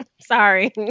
Sorry